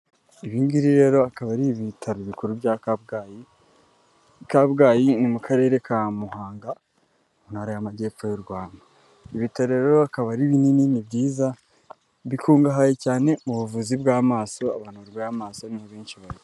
Ibi ngibi rero akaba ari ibitaro bikuru bya Kabgayi, i Kabgayi ni mu karere ka Muhanga, mu ntara y'Amajyepfo y'u Rwanda, ibi ibitaro rero akaba ari binini ni byiza bikungahaye cyane mu buvuzi bw'amaso abantu barwaye amaso ni ho benshi bajya.